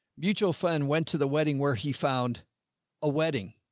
mutual friend went to the wedding where he found a wedding.